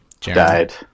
died